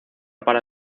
para